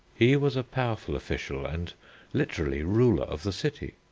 he was a powerful official and literally ruler of the city.